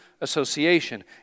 association